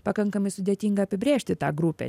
pakankamai sudėtinga apibrėžti tą grupę